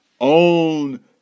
Own